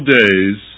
days